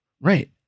Right